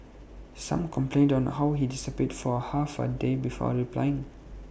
some complained on how he disappeared for half A day before replying